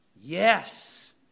Yes